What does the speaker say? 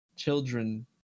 children